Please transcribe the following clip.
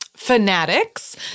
Fanatics